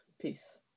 Peace